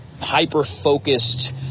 hyper-focused